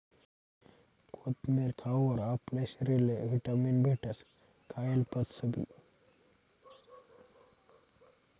कोथमेर खावावर आपला शरीरले व्हिटॅमीन भेटस, खायेल पचसबी